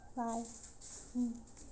bye mm